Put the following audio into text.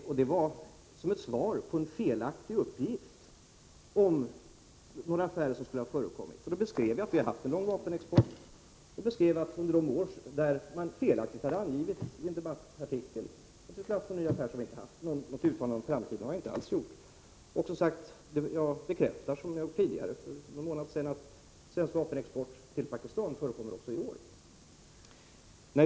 Det sades som svar på en felaktig uppgift i en debattartikel om några affärer som skulle ha förekommit. Jag beskrev då att vi sedan lång tid har haft en vapenexport, men något uttalande för framtiden har jag inte alls gjort. Jag bekräftar, som jag gjorde för någon månad sedan, att svensk vapenexport till Pakistan förekommer också i år.